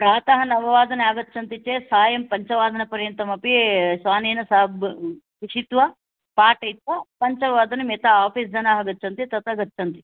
प्रातः नववादने आगच्छन्ति चेत् सायं पञ्चवादनपर्यन्तमपि श्वानेन सा पषित्वा पाठयित्वा पञ्चवादनं यथा आफ़ीस् जनाः गच्छन्ति तथा गच्छन्ति